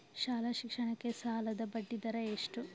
ಶಾಲಾ ಶಿಕ್ಷಣಕ್ಕೆ ಸಾಲದ ಬಡ್ಡಿದರ ಎಷ್ಟು?